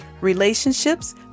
relationships